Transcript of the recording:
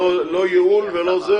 לא ייעול ולא כלום.